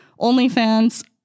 OnlyFans